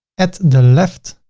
at the left,